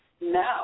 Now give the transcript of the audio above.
No